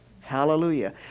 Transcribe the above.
Hallelujah